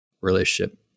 relationship